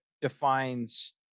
defines